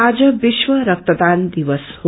आज विश्व रक्तदान दिवस हो